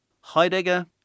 Heidegger